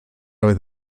oedd